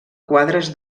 quadres